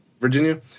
Virginia